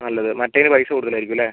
നല്ലത് മറ്റേതിന് പൈസ കൂടുതലായിരിക്കും അല്ലേ